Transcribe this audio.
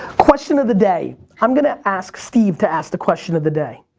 question of the day i'm gonna ask steve to ask the question of the day.